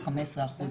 15%,